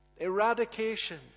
Eradication